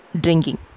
drinking